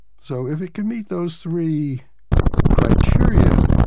so if it can meet those three criteria,